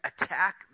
attack